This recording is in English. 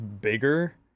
bigger